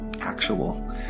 actual